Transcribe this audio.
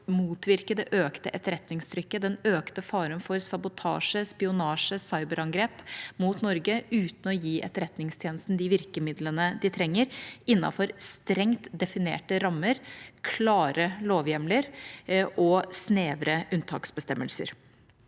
motvirke det økte etterretningstrykket – den økte faren for sabotasje, spionasje og cyberangrep mot Norge – uten å gi Etterretningstjenesten de virkemidlene de trenger, innenfor strengt definerte rammer, klare lovhjemler og snevre unntaksbestemmelser.